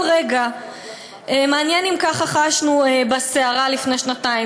רגע"; מעניין אם ככה חשנו בסערה לפני שנתיים.